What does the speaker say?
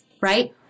right